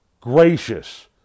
gracious